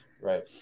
Right